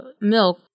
milk